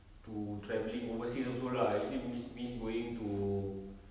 to travelling overseas also lah I actually miss miss going to